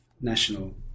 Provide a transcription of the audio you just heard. national